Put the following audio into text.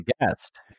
guest